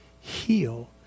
heal